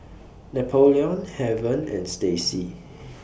Napoleon Heaven and Stacy